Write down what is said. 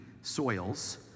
soils